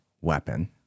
Weapon